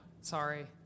Sorry